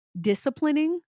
disciplining